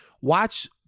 watch